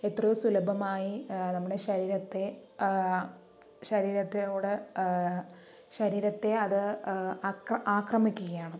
എത്രയോ സുലഭമായി നമ്മടെ ശരീരത്തെ ശരീരത്തിലൂടെ ശരീരത്തെ അത് അക്ര ആക്രമിക്കുകയാണ്